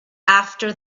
after